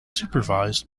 supervised